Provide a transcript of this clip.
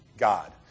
God